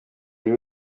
buri